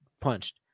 punched